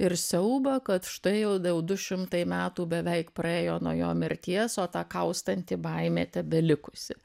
ir siaubą kad štai jau du šimtai metų beveik praėjo nuo jo mirties o ta kaustanti baimė tebelikusi